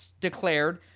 declared